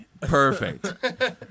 Perfect